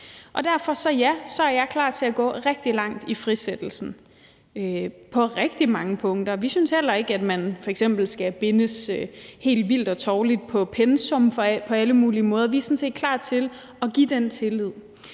jeg er klar til at gå rigtig langt i frisættelsen på rigtig mange punkter. Vi synes heller ikke, at man f.eks. skal bindes helt vildt og tovligt til pensum på alle mulige måder. Vi er sådan set klar til at give den tillid,